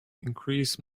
increase